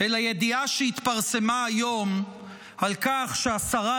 אלא ידיעה שהתפרסמה היום על כך שהשרה